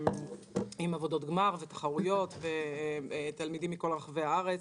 עם עבודות גמר ותחרויות ותלמידים מכל רחבי הארץ.